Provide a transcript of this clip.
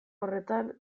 horretan